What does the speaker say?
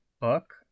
book